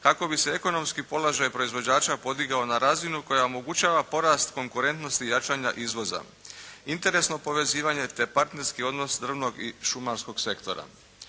kako bi se ekonomski položaj proizvođača podigao na razinu koja omogućava porast konkurentnosti jačanja izvoza, interesno povezivanje, te partnerski odnos drvnog i šumarskog sektora.